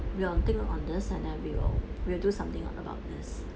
we'll think on this scenario will do something about this